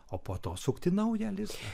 o po to sukti naują lizdą